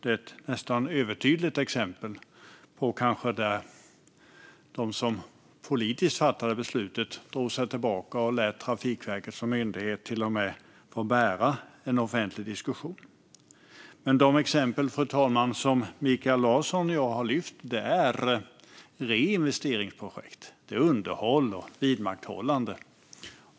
Det är ett nästan övertydligt exempel där de som fattade beslutet politiskt drog sig tillbaka och lät Trafikverket som myndighet till och med få bära en offentlig diskussion. De exempel, fru talman, som Mikael Larsson och jag har lyft upp är reinvesteringsprojekt. Det är underhåll och vidmakthållande.